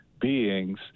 beings